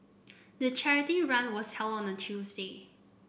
the charity run was held on a Tuesday